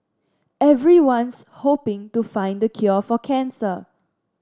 everyone's hoping to find the cure for cancer